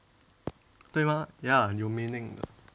对吗 ya 有 meaning 的